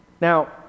Now